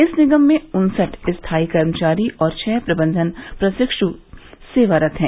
इस निगम में उनसठ स्थायी कर्मचारी और छह प्रबंधन प्रशिक्ष् सेवारत हैं